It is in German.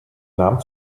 nahm